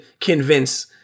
convince